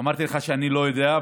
אמרתי לך שאני לא יודע,